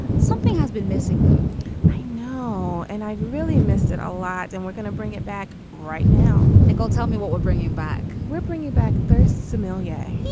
something has been missing though i know. and i've really missed it a lot. and we're going to bring it back right now. nicole tell me what we're bringing back. we're bringing back first somalia